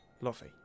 Luffy